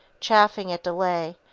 chafing at delay,